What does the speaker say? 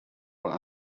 were